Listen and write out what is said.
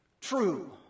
true